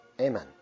Amen